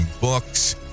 books